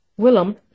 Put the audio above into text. Willem